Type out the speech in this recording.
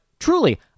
Truly